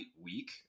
week